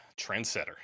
trendsetter